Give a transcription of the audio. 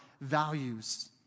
values